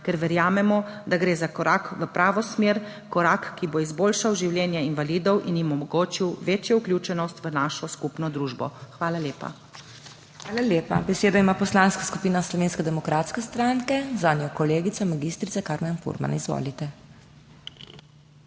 ker verjamemo, da gre za korak v pravo smer, korak, ki bo izboljšal življenje invalidov in jim omogočil večjo vključenost v našo skupno družbo. Hvala lepa. **PODPREDSEDNICA MAG. MEIRA HOT:** Hvala lepa. Besedo ima Poslanska skupina Slovenske demokratske stranke, zanjo kolegica mag. Karmen Furman. Izvolite.